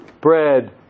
bread